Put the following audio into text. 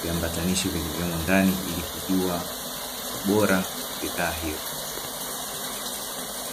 viambatanishi vilivyopo ndani, ili kujua ubora wa bidhaa hiyo.